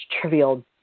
trivial